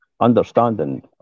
understanding